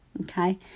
okay